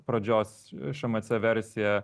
pradžios šmc versiją